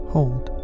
Hold